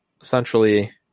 essentially